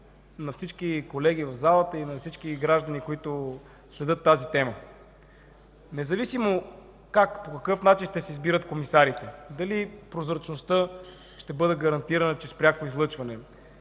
на всички колеги в залата и на всички граждани, които следят тази тема, да стане ясно – независимо как и по какъв начин ще се избират комисарите, дали прозрачността ще бъде гарантирана чрез пряко излъчване,